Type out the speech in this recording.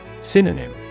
Synonym